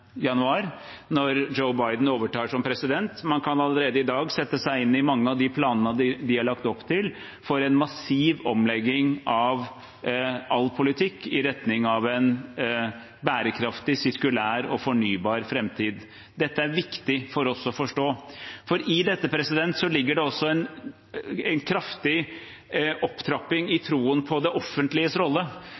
januar, når Joe Biden overtar som president. Man kan allerede i dag sette seg inn i mange av de planene de har lagt opp til for en massiv omlegging av all politikk i retning av en bærekraftig, sirkulær og fornybar framtid. Dette er viktig for oss å forstå. I dette ligger det også en kraftig opptrapping i troen på det offentliges rolle,